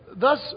thus